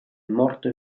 morto